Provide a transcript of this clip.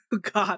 god